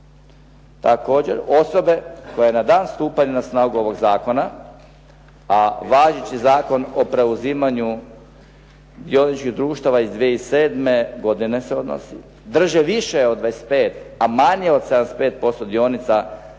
Također, osobe koje na dan stupanja na snagu ovog zakona, a važeći zakon o preuzimanju dioničkih društava iz 2007. godine se odnosi, drže više od 25, a manje od 75% dionica